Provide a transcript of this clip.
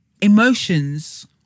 emotions